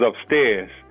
upstairs